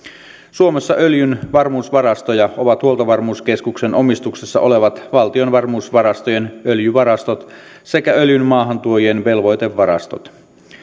suomessa öljyn varmuusvarastoja ovat huoltovarmuuskeskuksen omistuksessa olevat valtion varmuusvarastojen öljyvarastot sekä öljyn maahantuojien velvoitevarastot